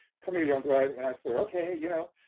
come here youngblood and i said, okay, you know,